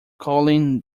colin